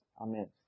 Amen